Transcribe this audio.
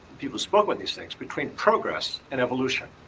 people spoke with these things between progress and evolution.